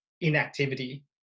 inactivity